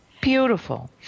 Beautiful